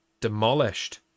demolished